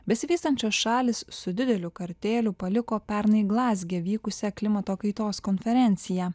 besivystančios šalys su dideliu kartėliu paliko pernai glazge vykusią klimato kaitos konferenciją